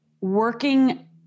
working